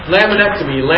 Laminectomy